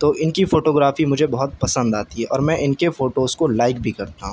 تو ان کی فوٹوگرافی مجھے بہت پسند آتی ہے اور میں ان کے فوٹوز کو لائک بھی کرتا ہوں